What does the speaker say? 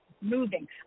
moving